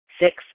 Six